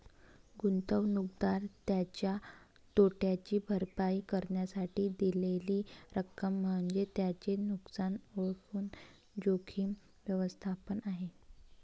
गुंतवणूकदार त्याच्या तोट्याची भरपाई करण्यासाठी दिलेली रक्कम म्हणजे त्याचे नुकसान ओळखून जोखीम व्यवस्थापन आहे